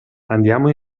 andiamo